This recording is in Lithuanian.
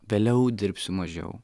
vėliau dirbsiu mažiau